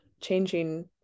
changing